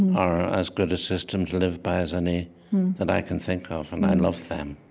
are as good a system to live by as any that i can think of. and i love them.